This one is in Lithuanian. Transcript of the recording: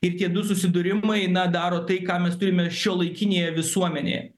ir tie du susidūrimai na daro tai ką mes turime šiuolaikinėje visuomenėje